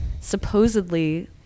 supposedly